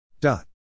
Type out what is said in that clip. dot